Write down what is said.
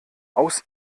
aus